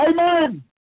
amen